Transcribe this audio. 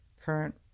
current